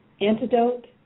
antidote